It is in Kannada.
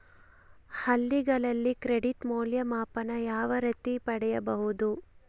ಹಳ್ಳಿಗಳಲ್ಲಿ ಕ್ರೆಡಿಟ್ ಮೌಲ್ಯಮಾಪನ ಯಾವ ರೇತಿ ಪಡೆಯುವುದು?